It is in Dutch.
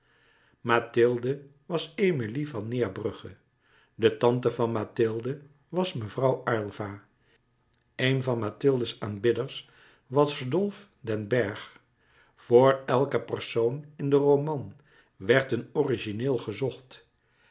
mathilde was emilie van neerbrugge de tante van mathilde was mevrouw aylva een van louis couperus metamorfoze mathilde's aanbidders was dolf den bergh voor elke persoon in den roman werd een origineel gezocht